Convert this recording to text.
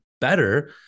better